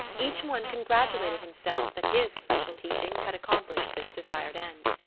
each one congratulated himself that his special teachings had accomplished this desired end.